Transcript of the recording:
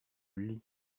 lis